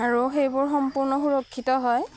আৰু সেইবোৰ সম্পূৰ্ণ সুৰক্ষিত হয়